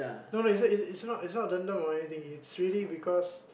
no lah it's not it's not it's not dendam or anything it's really because